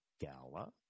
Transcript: Gala